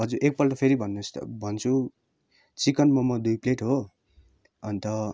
हजुर एकपल्ट फेरि भन्नुहोस् त भन्छु चिकन मम दुई प्लेट हो अन्त